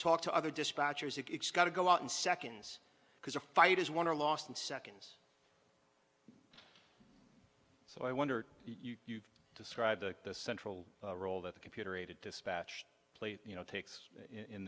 talk to other dispatchers that x got to go out in seconds because a fight is won or lost in seconds so i wonder you describe the central role that the computer aided dispatch played you know takes in